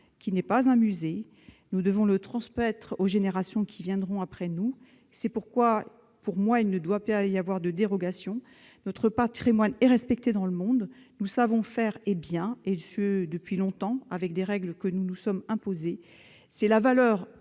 qui n'est pas un musée. Nous devons le transmettre aux générations qui viendront après nous. C'est pourquoi il ne saurait y avoir de dérogations. Notre patrimoine est respecté dans le monde. Nous savons le préserver, et ce depuis longtemps, selon des règles que nous nous sommes imposées. La valeur